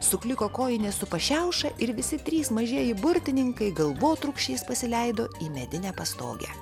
sukliko kojinė su pašiauša ir visi trys mažieji burtininkai galvotrūkčiais pasileido į medinę pastogę